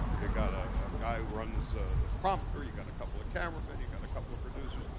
you got a guy runs the prompter, you got a couple of cameramen, you got a couple of producers.